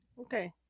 Okay